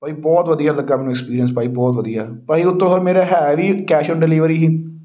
ਭਾਅ ਜੀ ਬਹੁਤ ਵਧੀਆ ਲੱਗਾ ਮੈਨੂੰ ਐਕਸਪੀਰੀਐਂਸ ਭਾਅ ਜੀ ਬਹੁਤ ਵਧੀਆ ਭਾਅ ਜੀ ਉਤੋਂ ਫਿਰ ਮੇਰਾ ਹੈ ਵੀ ਕੈਸ਼ ਓਨ ਡਿਲੀਵਰੀ ਸੀ